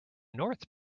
north